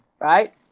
right